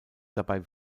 dabei